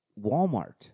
Walmart